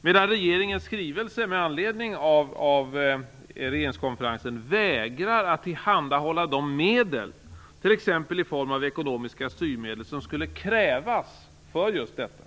I regeringens skrivelse med anledning av regeringskonferensen vägrar man att tillhandahålla de medel, t.ex. i form av ekonomiska styrmedel, som skulle krävas för just detta.